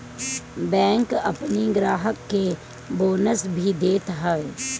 bank अपनी ग्राहक के बोनस भी देत हअ